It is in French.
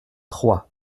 troyes